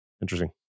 interesting